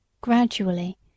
Gradually